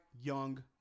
young